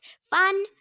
Fun